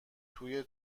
توی